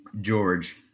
George